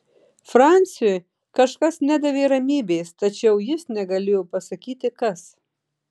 franciui kažkas nedavė ramybės tačiau jis negalėjo pasakyti kas